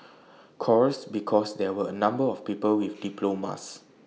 course because there were A number of people with diplomas